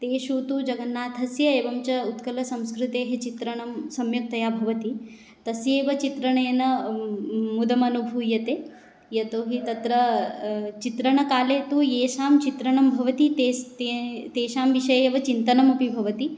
तेषु तु जगन्नाथस्य एवं च उत्कलसंस्कृतेः चित्रणं सम्यक्तया भवति तस्यैव चित्रणेन मोदः अनुभूयते यतो हि तत्र चित्रणकाले तु येषां चित्रणं भवति तेस् ते तेषां विषये एव चिन्तनम् अपि भवति